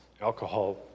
alcohol